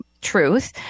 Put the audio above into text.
truth